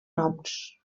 noms